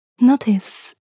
Notice